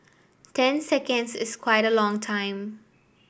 ten seconds is quite a long time